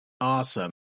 Awesome